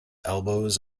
elbows